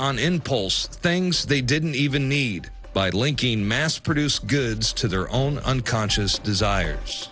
on in paul's things they didn't even need but linking mass produced goods to their own unconscious desires